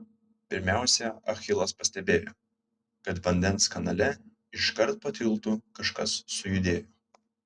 pirmiausia achilas pastebėjo kad vandens kanale iškart po tiltu kažkas sujudėjo